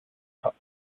pas